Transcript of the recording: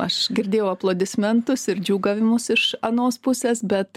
aš girdėjau aplodismentus ir džiūgavimus iš anos pusės bet